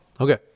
Okay